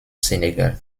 sénégal